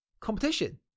competition